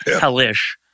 hellish